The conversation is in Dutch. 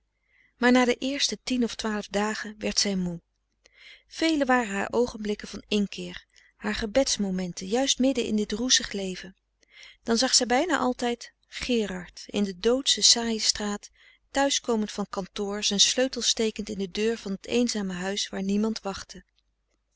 maar na de eerste tien of twaalf dagen werd zij moe vele waren haar oogenblikken van inkeer haar gebeds momenten juist midden in dit roezig leven dan zag zij bijna altijd gerard in de doodsche saaie straat thuiskomend van kantoor zijn sleutel stekend in de frederik van eeden van de koele meren des doods deur van t eenzame huis waar niemand wachtte